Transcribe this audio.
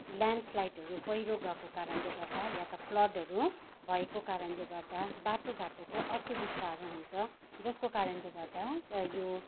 ल्यान्डस्लाइडहरू पैह्रो गएको कारणले गर्दा या त फ्लडहरू भएको कारणले गर्दा बाटोघाटोको असुविस्ताहरू हुन्छ जसको कारणले गर्दा यो